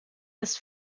ist